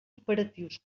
operatius